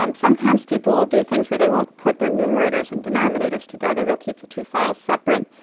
um sometimes people will do things where they won't put their numerators and denominators together. they'll keep the two files separate,